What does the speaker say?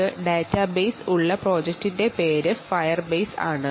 ഈ ഡാറ്റാബേസ് ഉള്ള പ്രോജക്റ്റിന്റെ പേര് ഫയർ ബേസ് എന്നാണ്